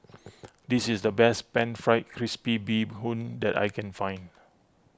this is the best Pan Fried Crispy Bee Hoon that I can find